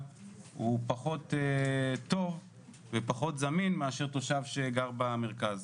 הוא פחות טוב ופחות זמין מאשר תושב שגר במרכז.